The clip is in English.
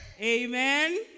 Amen